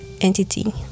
entity